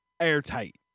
airtight